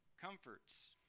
comforts